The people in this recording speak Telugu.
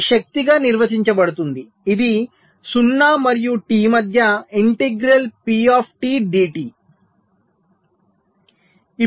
ఇది శక్తిగా నిర్వచించబడింది ఇది 0 మరియు T మధ్య ఇంటిగ్రల్ P dt